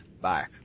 Bye